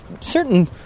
certain